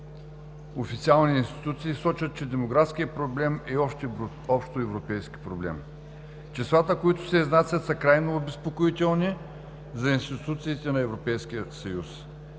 официални институции сочат, че демографският проблем е общоевропейски проблем. Числата, които се изнасят, са крайно обезпокоителни за институциите на Европейския съюз.